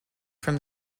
from